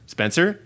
Spencer